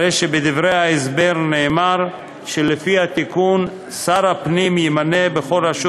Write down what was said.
הרי שבדברי ההסבר נאמר שלפי התיקון שר הפנים ימנה בכל רשות